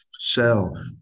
shell